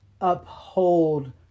uphold